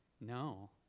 No